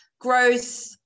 growth